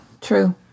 True